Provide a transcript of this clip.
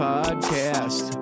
Podcast